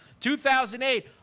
2008